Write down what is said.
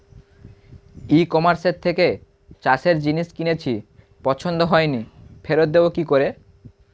ই কমার্সের থেকে চাষের জিনিস কিনেছি পছন্দ হয়নি ফেরত দেব কী করে?